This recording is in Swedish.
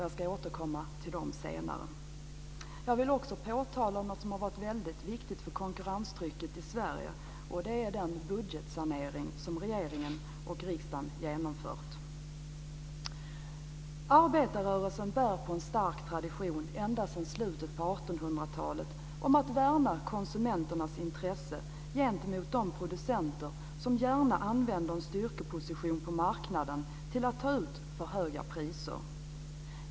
Jag ska återkomma till dem senare. Jag vill också påtala något som varit viktigt för konkurrenstrycket i Sverige. Det är den budgetsanering som regeringen och riksdagen genomfört. Arbetarrörelsen bär på en stark tradition ända sedan slutet på 1800-talet, att värna konsumenternas intresse gentemot de producenter som gärna använder en styrkeposition på marknaden till att ta ut för höga priser.